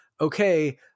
okay